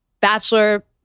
Bachelor